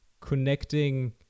connecting